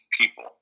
people